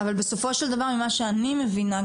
אבל בסופו של דבר ממה שאני מבינה,